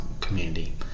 community